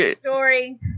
story